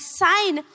sign